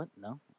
No